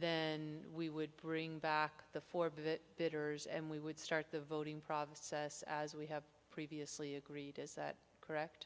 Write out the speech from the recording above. then we would bring back the four bit bidders and we would start the voting process as we have previously agreed is that correct